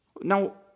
Now